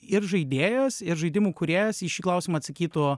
ir žaidėjas ir žaidimų kūrėjas į šį klausimą atsakytų